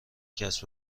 کسب